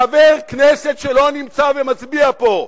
חבר כנסת שלא נמצא ומצביע פה,